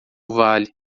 vale